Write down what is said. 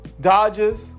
Dodgers